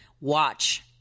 Watch